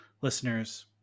listeners